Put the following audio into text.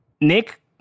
Nick